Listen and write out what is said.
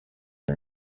uyu